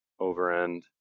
Overend